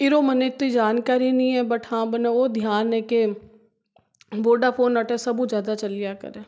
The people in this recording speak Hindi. इरो मने इत्ती जानकारी नी है बट हाँ बने वो ध्यान है के वोडाफोन अटे सबो ज़्यादा चल्या करे